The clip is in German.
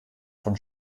von